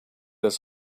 his